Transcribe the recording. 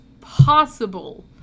possible